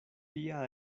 tia